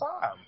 time